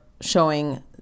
showing